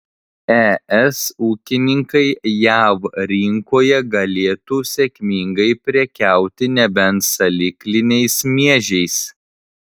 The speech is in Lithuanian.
es ūkininkai jav rinkoje galėtų sėkmingai prekiauti nebent salykliniais miežiais